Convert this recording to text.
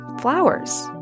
flowers